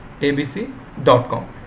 abc.com